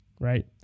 right